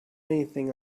anything